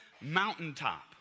mountaintop